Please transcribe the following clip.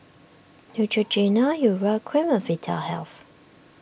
Neutrogena Urea Cream and Vitahealth